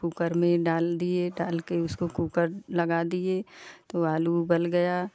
cooker में डाल दिए डाल के उसको कुकर लगा दिए तो आलू उबल गया